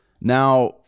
Now